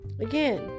Again